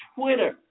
Twitter